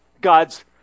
God's